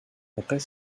après